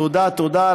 תודה תודה.